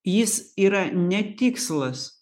jis yra ne tikslas